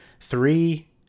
three